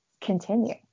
continue